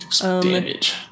Damage